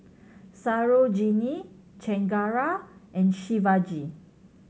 Sarojini Chengara and Shivaji